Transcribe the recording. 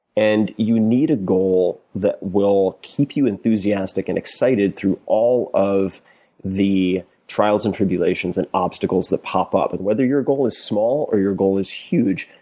and you need a goal that will keep you enthusiastic and excited through all of the trials and tribulations and obstacles that pop up. and whether your goal is small or your goal is huge,